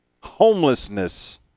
homelessness